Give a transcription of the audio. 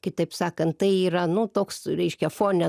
kitaip sakant tai yra nu toks reiškia fone